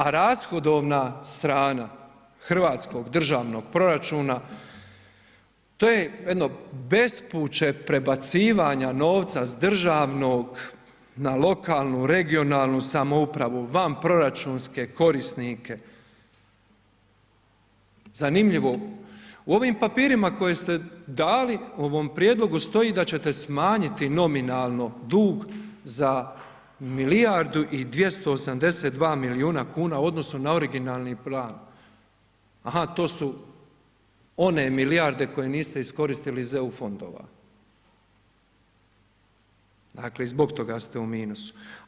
A rashodovna strana hrvatskog državnog proračuna, to je jedno bespuće prebacivanja novca s državnog na lokalnu regionalnu samoupravu van proračunske korisnike, zanimljivo, u ovim papirima koje ste dali u ovom prijedlogu stoji da ćete smanjiti nominalno dug za milijardu i 282 milijuna kuna u odnosu na originalni plan, aha to su one milijarde koje niste iskoristili iz EU fondova, dakle i zbog toga ste u minusu.